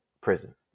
prison